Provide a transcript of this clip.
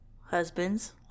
husbands